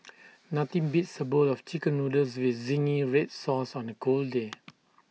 nothing beats A bowl of Chicken Noodles with Zingy Red Sauce on A cold day